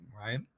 right